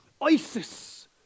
ISIS